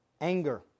Anger